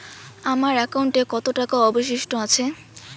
আমার একাউন্টে কত টাকা অবশিষ্ট আছে?